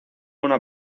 una